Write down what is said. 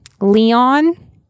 Leon